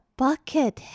bucket